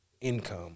income